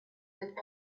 with